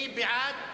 מי בעד?